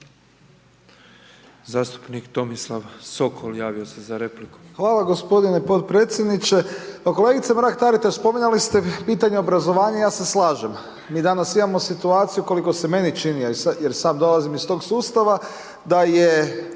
Zastupnik Tomislav Sokol javio se za repliku **Sokol, Tomislav (HDZ)** Hvala g. potpredsjedniče, kolegice Mrak Taritaš, spominjali ste pitanje obrazovanja i ja se slažem, mi danas imamo situaciju koliko se meni čini jer i sam dolazim iz tog sustava, da je